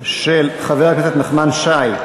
של חבר הכנסת נחמן שי,